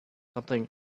something